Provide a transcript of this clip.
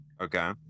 Okay